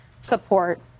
support